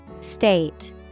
State